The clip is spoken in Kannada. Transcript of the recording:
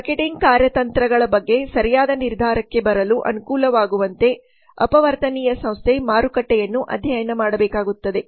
ಮಾರ್ಕೆಟಿಂಗ್ ಕಾರ್ಯತಂತ್ರಗಳ ಬಗ್ಗೆ ಸರಿಯಾದ ನಿರ್ಧಾರಕ್ಕೆ ಬರಲು ಅನುಕೂಲವಾಗುವಂತೆ ಅಪವರ್ತನೀಯ ಸಂಸ್ಥೆ ಮಾರುಕಟ್ಟೆಯನ್ನು ಅಧ್ಯಯನ ಮಾಡಬೇಕಾಗುತ್ತದೆ